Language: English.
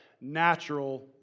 natural